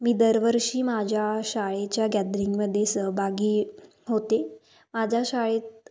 मी दरवर्षी माझ्या शाळेच्या गॅदरिंगमध्ये सहभागी होते माझ्या शाळेत